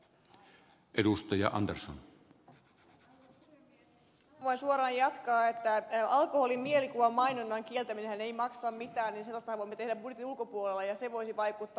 haluan suoraan jatkaa että alkoholin mielikuvamainonnan kieltäminenhän ei maksa mitään ja sellaistahan me voimme tehdä budjetin ulkopuolellakin ja se voisi vaikuttaa